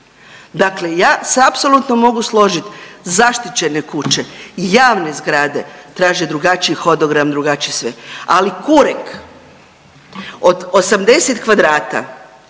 Dakle, ja se apsolutno mogu složit zaštićene kuće, javne zgrade traže drugačiji hodogram drugačije sve, ali kurek od 80 kvadrata